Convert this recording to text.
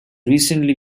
recently